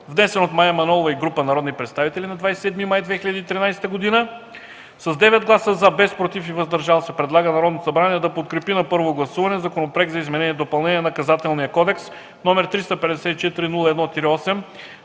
внесен от Мая Манолова и група народни представители на 27 май 2013 г. С 9 гласа „за”, без „против” и „въздържал се”, предлага на Народното събрание да подкрепи на първо гласуване Законопроект за изменение и допълнение на Наказателния кодекс, № 354-01-8,